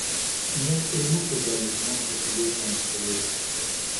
net eunuchai gali išmokti sėdėti ant kėdės